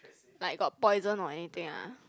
like got poison or anything ah